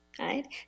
right